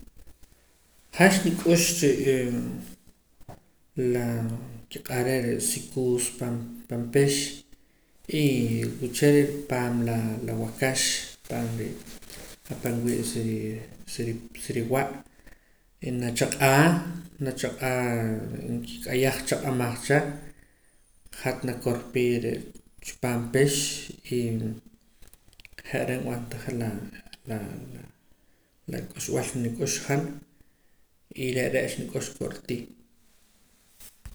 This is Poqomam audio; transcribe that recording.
Han xnik'ux re'e la nkiq'ar reh re' sikuus pan panpix y wiche' re' ripaam la la waakax paam re' apa' nwii' sirii sirii siriiwa' nachaq'aa nachaq'aa nkik'ayaj chaq'amaj cha hat nakorpii re' chipaam pix y je're' nb'antaja la la k'uxb'al nik'ux han y re' re' xnik'ux kortii